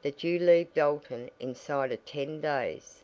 that you leave dalton inside of ten days.